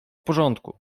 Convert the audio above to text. porządku